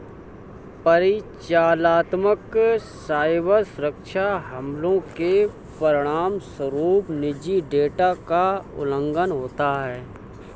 परिचालनात्मक साइबर सुरक्षा हमलों के परिणामस्वरूप निजी डेटा का उल्लंघन होता है